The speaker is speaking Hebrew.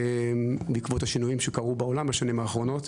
בעקבות השינויים שקרו בעולם בשנים האחרונות.